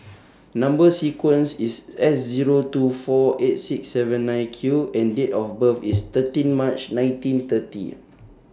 Number sequence IS S Zero two four eight six seven nine Q and Date of birth IS thirteen March nineteen thirty